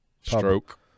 Stroke